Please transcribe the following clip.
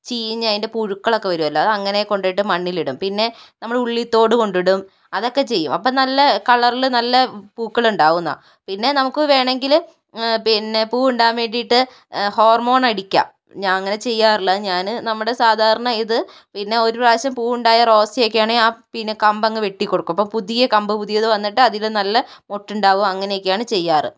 ചീഞ്ഞ് അതിൻ്റെ പുഴുക്കൾ ഒക്കെ വരുമല്ലോ അത് അങ്ങനെ കൊണ്ടുപോയിട്ട് മണ്ണിൽ ഇടും പിന്നെ നമ്മൾ ഉള്ളിത്തോട് കൊണ്ടിടും അതൊക്കെ ചെയ്യും അപ്പോൾ നല്ല കളറിൽ നല്ല പൂക്കളുണ്ടാകും ന്ന പിന്നെ നമുക്ക് വേണമെങ്കിൽ പിന്നെ പൂവുണ്ടാകാൻ വേണ്ടിയിട്ട് ഹോർമോൺ അടിക്കാം ഞാൻ അങ്ങനെ ചെയ്യാറില്ല ഞാൻ നമ്മുടെ സാധാരണ ഇത് പിന്നെ ഒരു പ്രാവശ്യം പൂവുണ്ടായ റോസ ഒക്കെ ആണെങ്കിൽ ആ പിന്നെ കമ്പങ്ങ് വെട്ടിക്കൊടുക്കും അപ്പോൾ പുതിയ കമ്പ് പുതിയത് വന്നിട്ട് അതില് നല്ല മൊട്ടുണ്ടാകും അങ്ങനെ ഒക്കെയാണ് ചെയ്യാറ്